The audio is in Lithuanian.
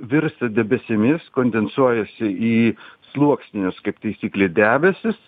virsta debesimis kondensuojasi į sluoksnius kaip taisyklė debesis